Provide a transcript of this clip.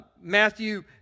Matthew